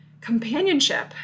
companionship